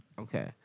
Okay